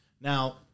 Now